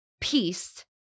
peace